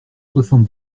soixante